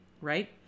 right